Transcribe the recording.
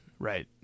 Right